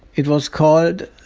it was called.